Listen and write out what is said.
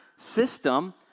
system